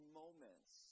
moments